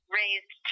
raised